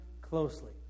closely